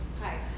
Hi